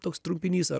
toks trumpinys ar